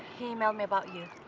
he emailed me about you.